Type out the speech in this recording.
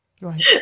right